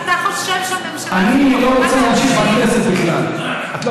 אתה חושב שהממשלה הזאת יכולה להמשיך?